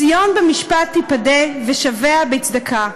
ציון במשפט תפדה ושביה בצדקה"